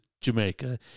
Jamaica